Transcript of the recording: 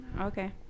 Okay